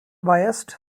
biased